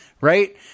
right